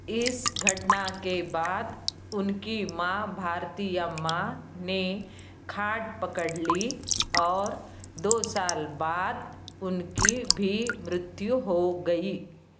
इस घटना के बाद उनकी माँ भारती अम्मा ने खाट पकड़ ली और दो साल बाद उनकी भी मृत्यु हो गई